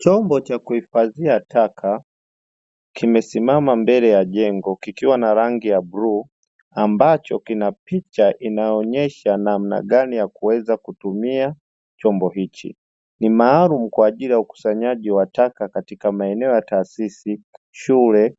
Chombo cha kuhifadhia taka kimesimama mbele ya jengo kikiwa na rangi ya bluu, ambacho kina picha inayoonyesha namna gani ya kuweza kutumia chombo hichi. Ni maalumu kwa ajili ya ukusanyaji wa taka katika maeneo ya taasisi, shule,